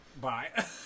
bye